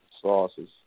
sauces